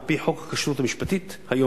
על-פי חוק הכשרות המשפטית היום,